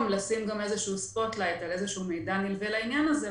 לשים גם איזשהו ספוטלייט על איזשהו מידע נלווה לעניין הזה,